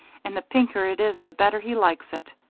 and the pinker it is the better he likes it.